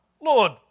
Lord